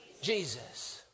Jesus